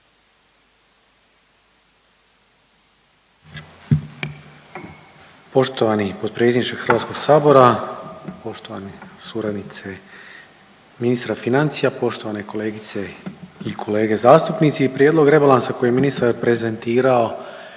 Poštovani potpredsjedniče HS, poštovane suradnice ministra financija, poštovane kolegice i kolege zastupnici. Prijedlog rebalansa koji je ministar prezentirao